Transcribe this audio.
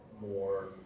more